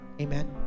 Amen